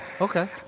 Okay